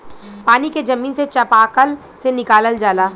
पानी के जमीन से चपाकल से निकालल जाला